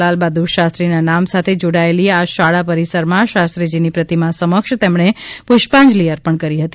લાલબહાદૂર શાસ્ત્રીના નામ સાથે જોડાયેલી આ શાળા પરિસરમાં શાસ્ત્રીજીની પ્રતિમા સમક્ષ તેમણે પૂષ્પાંજલિ અર્પણ કરી હતી